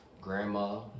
grandma